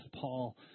Paul